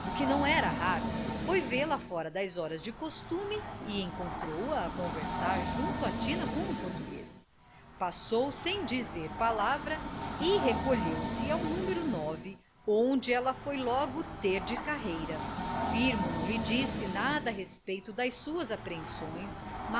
não era raro foi vê-la fora das horas do costume e encontrou-a a conversar junto à tina com o português passou sem dizer palavra e recolheu-se ao numero onde ela foi logo ter de carreira firmo não lhe disse nada a respeito das suas apreensões